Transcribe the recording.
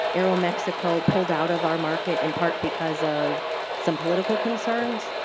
aeromexico pulled out of our market in part because of some political concerns.